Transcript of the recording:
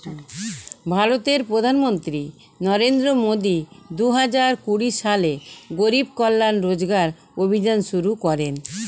ভারতের প্রধানমন্ত্রী নরেন্দ্র মোদি দুহাজার কুড়ি সালে গরিব কল্যাণ রোজগার অভিযান শুরু করেন